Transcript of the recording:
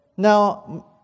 Now